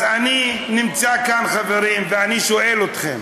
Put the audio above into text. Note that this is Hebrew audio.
אני נמצא כאן, חברים, ואני שואל אתכם.